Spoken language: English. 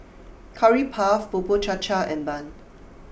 Curry Puff Bubur Cha Cha and Bun